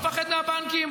-- לא מפחד מהבנקים,